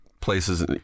places